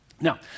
Now